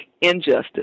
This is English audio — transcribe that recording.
injustice